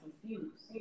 confused